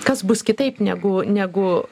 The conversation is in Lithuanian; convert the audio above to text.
kas bus kitaip negu negu